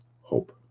hope